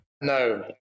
No